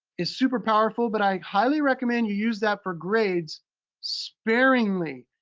it's super powerful, but i highly recommend you use that for grades sparingly,